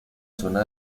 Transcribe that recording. zona